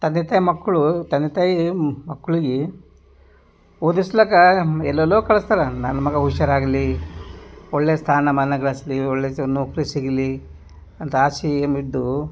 ತಂದೆ ತಾಯಿ ಮಕ್ಕಳು ತಂದೆ ತಾಯಿ ಮಕ್ಳಿಗೆ ಓದಸ್ಲಿಕ್ಕ ಎಲ್ಲೆಲ್ಲೋ ಕಳಸ್ತಾರ ನನ್ನ ಮಗ ಹುಷಾರಾಗಲಿ ಒಳ್ಳೆಯ ಸ್ಥಾನಮಾನ ಗಳಿಸ್ಲಿ ಒಳ್ಳೆಯ ಚ ನೌಕರಿ ಸಿಗಲಿ ಅಂತ ಆಸೆ ಬಿದ್ದು